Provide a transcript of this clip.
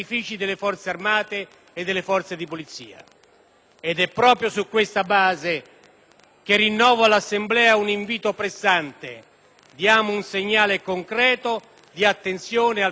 Ed è proprio su questa base che rinnovo all'Assemblea un invito pressante: diamo un segnale concreto di attenzione al personale militare e alle forze di polizia,